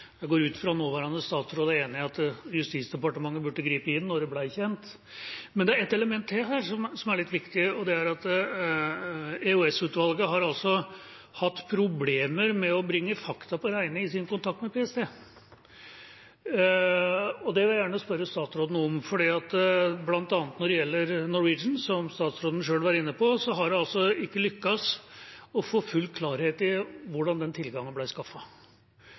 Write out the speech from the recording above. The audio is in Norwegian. Jeg går ut ifra at den nåværende statsråden er enig i at Justis- og beredskapsdepartementet burde ha grepet inn da det ble kjent. Men det er et element til her som er litt viktig, og det er at EOS-utvalget har hatt problemer med å bringe fakta på det reine i sin kontakt med PST. Det vil jeg gjerne spørre statsråden om. Blant annet når det gjelder Norwegian, som statsråden sjøl var inne på, har en ikke lyktes med å få full klarhet i hvordan den tilgangen